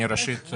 ראשית,